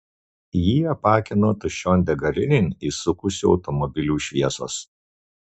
jį apakino tuščion degalinėn įsukusių automobilių šviesos